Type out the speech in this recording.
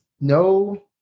No